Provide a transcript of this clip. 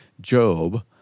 Job